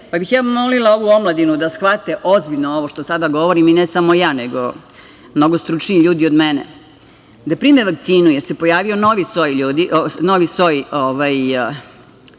pa bih ja molila ovu omladinu da shvate ozbiljno ovo što sada govorim i ne samo ja, nego mnogo stručniji ljudi od mene, da prime vakcinu, jer se pojavio novi soj Kovida, koji nije možda